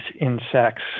insects